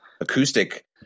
acoustic